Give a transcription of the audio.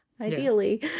ideally